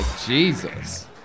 Jesus